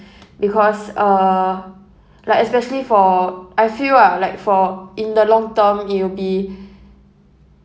because uh like especially for I feel ah like for in the long term it will be